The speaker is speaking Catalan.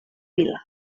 vila